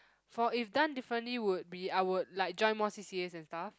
for if done differently would be I would like join more C_C_As and stuff